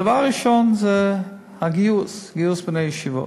הדבר הראשון זה הגיוס, גיוס בני הישיבות.